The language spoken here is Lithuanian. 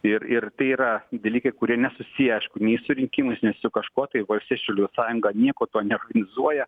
ir ir tai yra dalykai kurie nesusiję aišku nei su rinkimais nei su kažkuo tai valstiečių liu sąjunga nieko to neoptimizuoja